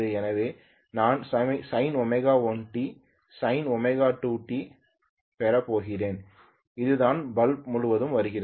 எனவே நான் sinω1t sinω2t பெறப் போகிறேன்இதுதான் பல்பு முழுவதும் வருகிறது